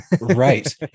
Right